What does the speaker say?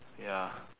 ya